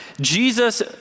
Jesus